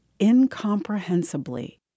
incomprehensibly